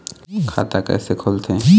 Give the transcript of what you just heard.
खाता कइसे खोलथें?